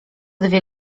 dwie